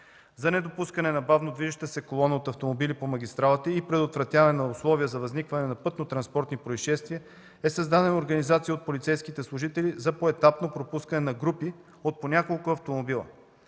За недопускане на бавно движещата се колона от автомобили по магистралата и предотвратяване на условия за възникване на пътнотранспортни произшествия, е създадена организация от полицейските служители за поетапно пропускане на групи от по няколко автомобила.